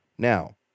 Now